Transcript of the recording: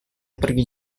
pergi